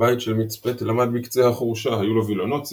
"הבית של מיץ פטל עמד בקצה החורשה היו לו וילונות צהובים,